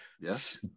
Yes